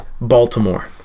Baltimore